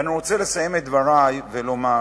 אני רוצה לסיים את דברי ולומר